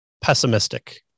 pessimistic